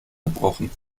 gebrochen